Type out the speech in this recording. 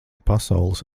pasaules